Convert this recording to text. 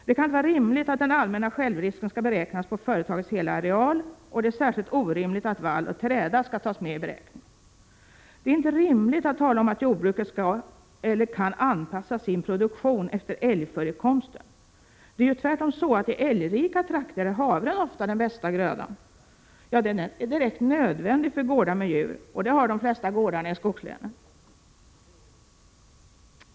Det kan inte vara rimligt att den allmänna självrisken skall beräknas på företagets hela areal, och det är särskilt orimligt att vall och träda skall tas med i beräkningen. Det är inte rimligt att tala om att jordbruket kan anpassa sin produktion efter älgförekomsten. Det är tvärtom så att i älgrika trakter är havre ofta den bästa grödan. Ja, den är direkt nödvändig för gårdar med djur, och det har de flesta gårdarna i skogslänen.